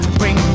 bring